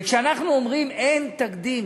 וכשאנחנו אומרים שאין תקדים